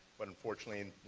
but unfortunately,